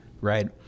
Right